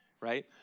right